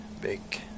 big